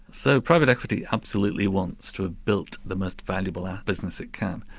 so private equity absolutely wants to have built the most valuable and business it can.